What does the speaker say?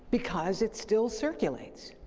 because it still circulates.